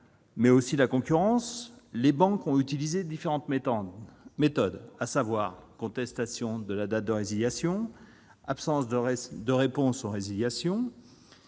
mais aussi la concurrence, elles ont utilisé différentes méthodes : contestation de la date de résiliation, absence de réponse aux résiliations,